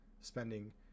spending